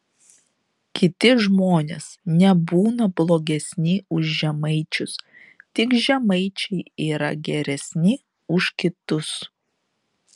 kiti žmonės nebūna blogesni už žemaičius tik žemaičiai yra geresni už kitus